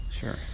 Sure